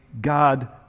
God